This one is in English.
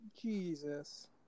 Jesus